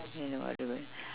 mm horrible